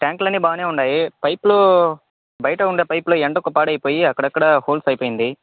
ట్యాంకులన్నీ బాగానే ఉండాయి పైప్లు బైయట ఉండే పైప్లే ఎండకు పాడైపోయి అక్కడక్కడా హోల్స్ అయిపోయింది